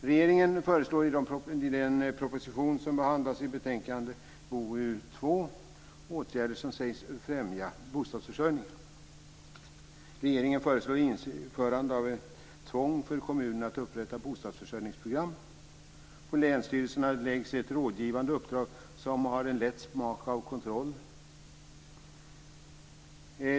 Regeringen föreslår i den proposition som behandlas i betänkande BoU2 åtgärder som sägs främja bostadsförsörjningen. Regeringen förslår införande av ett tvång för kommunerna att upprätta bostadsförsörjningsprogram. På länsstyrelserna läggs ett rådgivande uppdrag som har en lätt smak av kontroll.